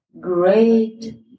great